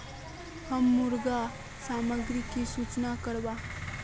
हम मुर्गा सामग्री की सूचना करवार?